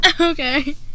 Okay